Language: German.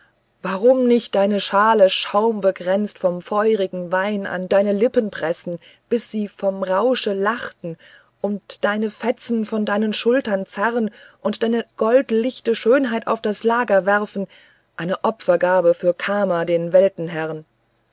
warum nicht deine schale schaumbekränzt vom feurigen wein an deine lippen pressen bis sie vom rausche lachten und deine fetzen von deinen schultern zerren und deine goldlichte schönheit auf das lager werfen eine opfergabe für kama den